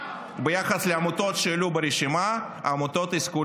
לאשר לעמותות המיסיונריות.